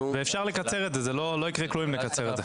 אפשר לקצר את זה, לא יקרה כלום אם נקצר את זה.